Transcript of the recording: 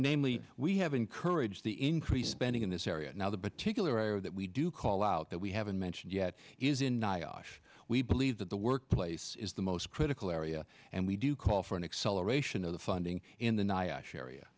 namely we have encouraged the increased spending in this area now the tickler that we do call out that we haven't mentioned yet is in ny we believe that the workplace is the most critical area and we do call for an acceleration of the funding in the